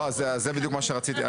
לא, אז זה בדיוק מה שרציתי.